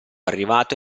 arrivato